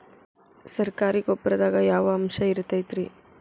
ಸರಕಾರಿ ಗೊಬ್ಬರದಾಗ ಯಾವ ಅಂಶ ಇರತೈತ್ರಿ?